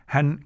Han